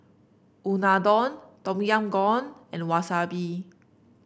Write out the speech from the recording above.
Unadon Tom Yam Goong and Wasabi